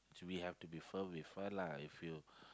should be have to prefer with her lah if you